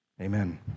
Amen